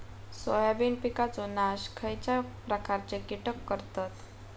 Soybean पिकांचो नाश खयच्या प्रकारचे कीटक करतत?